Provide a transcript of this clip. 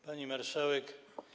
Pani Marszałek!